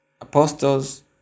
apostles